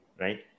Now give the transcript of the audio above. right